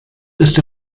ist